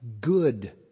good